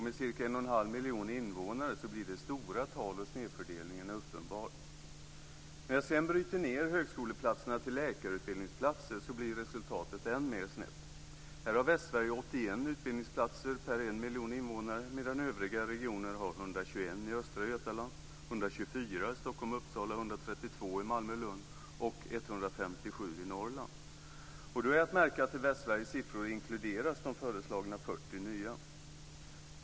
Med ca 1 1⁄2 miljon invånare blir det höga tal, och snedfördelningen är uppenbar. När jag sedan bryter ned högskoleplatserna till läkarutbildningsplatser blir resultatet än mer snett. Här har Västsverige 81 utbildningsplatser per 1 miljon invånare, medan övriga regioner har följande antal: Malmö-Lund och 157 i Norrland.